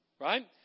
right